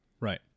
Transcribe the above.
Right